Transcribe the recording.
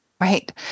right